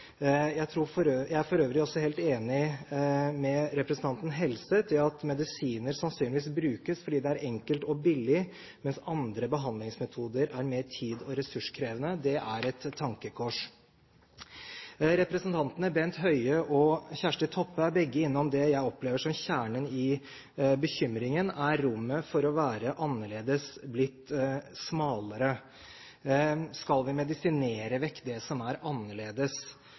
Jeg er for øvrig også helt enig med representanten Helseth i at medisiner sannsynligvis brukes fordi det er enkelt og billig, mens andre behandlingsmetoder er mer tid- og ressurskrevende. Det er et tankekors. Representantene Bent Høie og Kjersti Toppe er begge innom det jeg opplever som kjernen i bekymringen: Er rommet for å være annerledes blitt smalere? Skal vi medisinere vekk det som er annerledes?